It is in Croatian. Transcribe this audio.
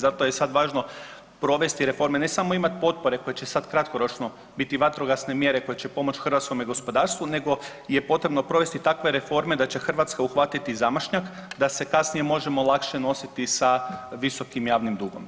Zato je sad važno provesti reforme, ne samo imat potpore koje će sad kratkoročno biti vatrogasne mjere koje će pomoć hrvatskome gospodarstvu nego je potrebno provesti takve reforme da će Hrvatska uhvatiti zamašnjak da se kasnije možemo lakše nositi sa visokim javnim dugom.